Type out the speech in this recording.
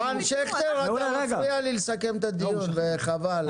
--- רן שכטר, אתה מפריע לי לסכם את הדיון וחבל.